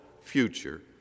future